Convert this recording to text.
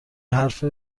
حرف